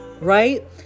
Right